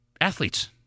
athletes